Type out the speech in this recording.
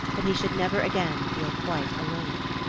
that he should never again feel quite alone.